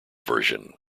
version